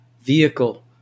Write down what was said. vehicle